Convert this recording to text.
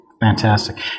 Fantastic